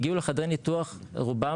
והם הגיעו לחדרי ניתוח רובם,